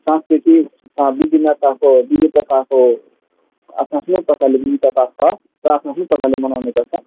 संस्कृति विभिन्नताको विविधताको आफ्नो आफ्नो प्रकारले विविधता छ र आफ्नो आफ्नो प्रकारले मनाउने गर्छ